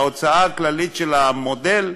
בהוצאה הכללית של המודל,